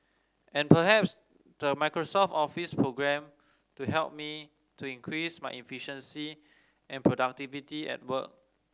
and perhaps the Microsoft Office programme to help me to increase my efficiency and productivity at work